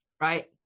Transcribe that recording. right